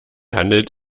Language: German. handelt